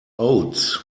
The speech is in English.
oats